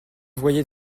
voyais